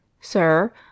Sir